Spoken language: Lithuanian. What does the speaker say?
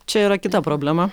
čia yra kita problema